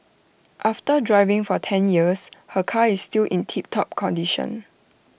after driving for ten years her car is still in tiptop condition